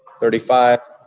thirty five,